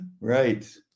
Right